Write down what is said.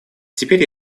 теперь